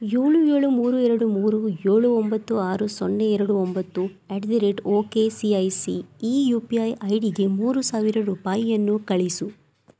ಏಳು ಏಳು ಮೂರು ಎರಡು ಮೂರು ಏಳು ಒಂಬತ್ತು ಆರು ಸೊನ್ನೆ ಎರಡು ಒಂಬತ್ತು at the rate O K C I C E U P I I ಡಿಗೆ ಮೂರು ಸಾವಿರ ರೂಪಾಯಿಯನ್ನು ಕಳಿಸು